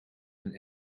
een